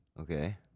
Okay